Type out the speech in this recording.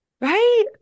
right